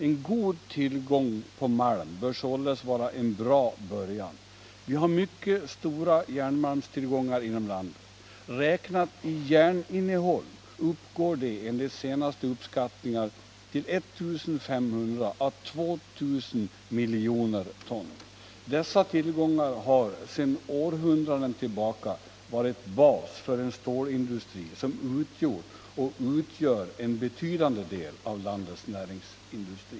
En god tillgång på malm bör således vara en bra början. Vi har mycket stora järnmalmstillgångar inom landet. Räknat i järninnehåll uppgår de enligt senaste uppskattningar till 1 500 å 2 000 miljoner ton. Dessa tillgångar har sedan århundraden tillbaka varit bas för en stålindustri, som utgjort och utgör en betydande del av landets näringsliv.